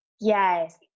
Yes